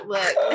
Look